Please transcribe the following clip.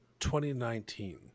2019